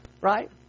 right